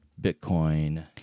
Bitcoin